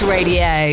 Radio